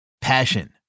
Passion